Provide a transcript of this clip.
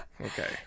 Okay